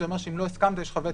זה אומר שאם לא הסכמת יש לך וטו.